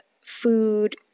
food